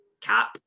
cap